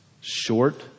short